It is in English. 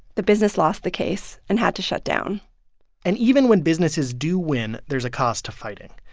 the business lost the case and had to shut down and even when businesses do win, there's a cost to fight it.